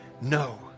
No